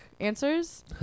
answers